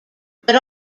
but